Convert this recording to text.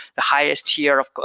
the highest tier of